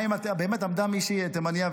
באמת עמדה מישהי תימנייה,